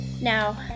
Now